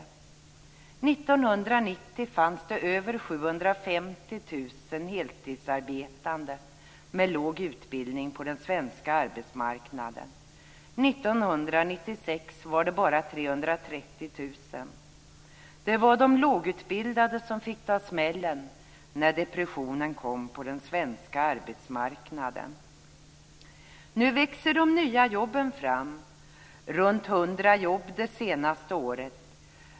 År 1990 fanns det över 750 000 heltidsarbetande med låg utbildning på den svenska arbetsmarknaden. 1996 var det bara 330 000. Det var de lågutbildade som fick ta smällen när depressionen kom på den svenska arbetsmarknaden. Nu växer de nya jobben fram; runt 100 000 nya jobb det senaste året.